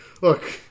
Look